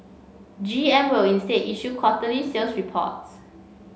G M will instead issue quarterly sales reports